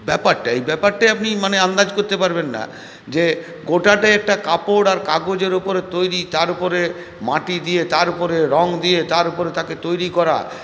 ব্যাপারটা এই ব্যাপারটাই আপনি মানে আন্দাজ করতে পারবেন না যে গোটাটাই একটা কাপড় আর কাগজের উপর তৈরি তার ওপরে মাটি দিয়ে তার উপরে রঙ দিয়ে তার উপরে তাকে তৈরি করা